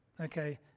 Okay